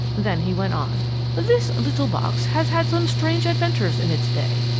then he went on this little box has had some strange adventures in its day,